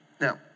Now